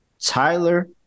Tyler